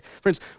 Friends